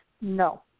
No